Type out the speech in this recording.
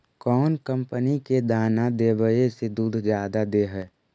कौन कंपनी के दाना देबए से दुध जादा दे है?